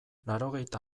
laurogeita